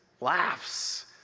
laughs